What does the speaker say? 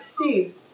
Steve